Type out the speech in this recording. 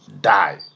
die